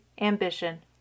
ambition